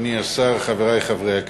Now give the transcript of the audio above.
אדוני השר, חברי חברי הכנסת,